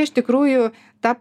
iš tikrųjų ta